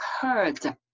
heard